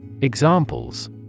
Examples